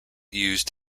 used